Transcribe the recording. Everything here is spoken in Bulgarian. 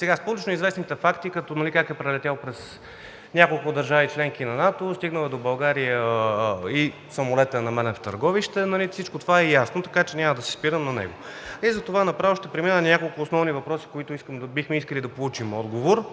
дотам. Публично известните факти как самолетът е прелетял през няколко държави – членки на НАТО, стигнал е до България и е намерен в Търговище, всичко това е ясно. Така че няма да се спирам на него и направо ще премина към няколко основни въпроса, на които бихме искали да получим отговор,